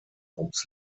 ums